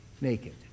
naked